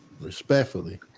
Respectfully